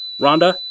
Rhonda